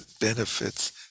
benefits